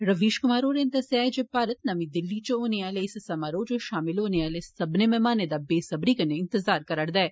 रविश कुमार होरें दस्सेआ ऐ जे भारत नमीं दिल्ली च होने आले इस समारोह च शामिल होने आले सब्बने मेहमानें दा बेसब्री कन्नै इंतजार करा र'दा ऐ